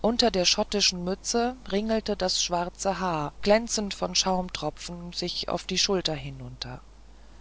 unter der schottischen mütze ringelte das schwarze haar glänzend von schaumtropfen sich auf die schulter hinunter